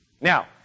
Now